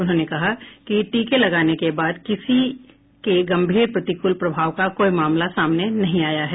उन्होंने कहा कि टीके लगाने के बाद किसी गंभीर प्रतिकूल प्रभाव का कोई मामला सामने नहीं आया है